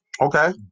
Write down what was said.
Okay